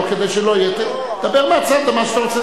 בתום החקיקה.